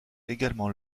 également